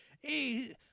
Hey